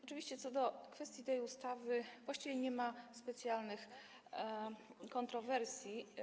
Oczywiście, co do tej ustawy właściwie nie ma specjalnych kontrowersji.